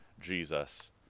Jesus